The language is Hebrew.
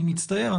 אני מצטער,